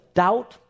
doubt